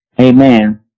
Amen